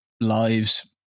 lives